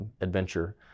adventure